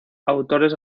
autores